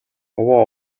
овоо